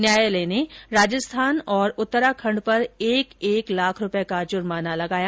न्यायालय ने राजस्थान और उत्तराखंड पर एक एक लाख रुपये का जुर्माना लगाया